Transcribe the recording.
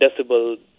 decibel